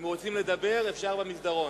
אם רוצים לדבר, אפשר במסדרון.